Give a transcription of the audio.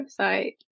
website